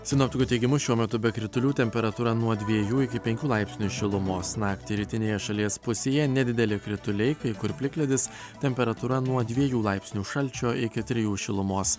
sinoptikų teigimu šiuo metu be kritulių temperatūra nuo dviejų iki penkių laipsnių šilumos naktį rytinėje šalies pusėje nedideli krituliai kai kur plikledis temperatūra nuo dviejų laipsnių šalčio iki trijų šilumos